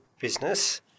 business